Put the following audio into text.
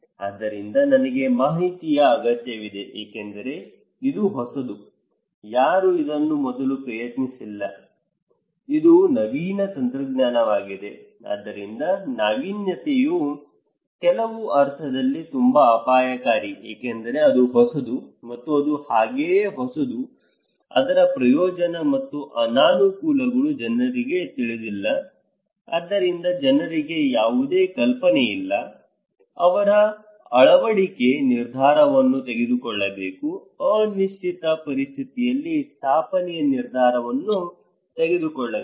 ಆದ್ದರಿಂದ ನನಗೆ ಮಾಹಿತಿಯ ಅಗತ್ಯವಿದೆ ಏಕೆಂದರೆ ಇದು ಹೊಸದು ಯಾರೂ ಇದನ್ನು ಮೊದಲು ಪ್ರಯತ್ನಿಸಲಿಲ್ಲ ಇದು ನವೀನ ತಂತ್ರಜ್ಞಾನವಾಗಿದೆ ಆದ್ದರಿಂದ ನಾವೀನ್ಯತೆಯು ಕೆಲವು ಅರ್ಥದಲ್ಲಿ ತುಂಬಾ ಅಪಾಯಕಾರಿ ಏಕೆಂದರೆ ಇದು ಹೊಸದು ಮತ್ತು ಅದು ಹಾಗೆಯೇ ಹೊಸದು ಅದರ ಪ್ರಯೋಜನ ಮತ್ತು ಅನಾನುಕೂಲಗಳು ಜನರಿಗೆ ತಿಳಿದಿಲ್ಲ ಆದ್ದರಿಂದ ಜನರಿಗೆ ಯಾವುದೇ ಕಲ್ಪನೆಯಿಲ್ಲ ಅವರು ಅಳವಡಿಕೆಯ ನಿರ್ಧಾರವನ್ನು ತೆಗೆದುಕೊಳ್ಳಬೇಕು ಅನಿಶ್ಚಿತ ಪರಿಸ್ಥಿತಿಯಲ್ಲಿ ಸ್ಥಾಪನೆಯ ನಿರ್ಧಾರವನ್ನು ತೆಗೆದುಕೊಳ್ಳಬೇಕು